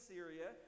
Syria